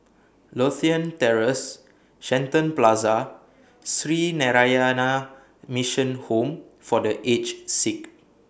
Lothian Terrace Shenton Plaza and Sree Narayana Mission Home For The Aged Sick